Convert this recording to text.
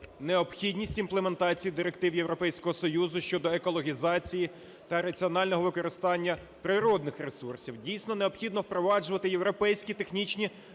необхідність імплементації директив Європейського Союзу щодо екологізації та раціонального використання природних ресурсів, дійсно, необхідно впроваджувати європейські технічні регламенти